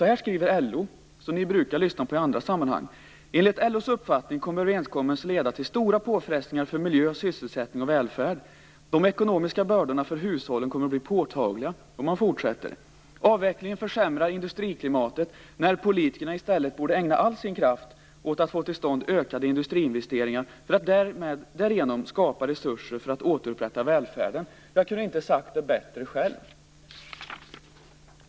Så här skriver LO, som ni brukar lyssna på i andra sammanhang: Enligt LO:s uppfattning kommer överenskommelsen att leda till stora påfrestningar för miljö, sysselsättning och välfärd. De ekonomiska bördorna för hushållen kommer att bli påtagliga. Man fortsätter: Avvecklingen försämrar industriklimatet, när politikerna i stället borde ägna all sin kraft åt att få till stånd ökade industriinvesteringar för att därigenom skapa resurser för att återupprätta välfärden. Jag kunde inte ha sagt det bättre själv.